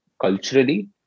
culturally